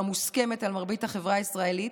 המוסכמת על מרבית החברה הישראלית,